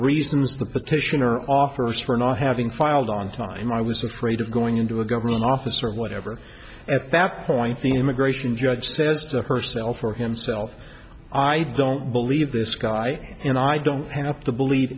reasons the petitioner off first for not having filed on time i was afraid of going into a government office or whatever at that point the immigration judge says to herself or himself i don't believe this guy and i don't have to believe